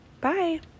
Bye